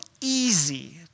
easy